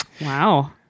Wow